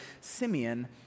Simeon